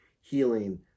healing